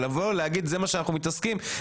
לבוא ולהגיד שזה מה אנחנו מתעסקים בו,